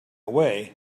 way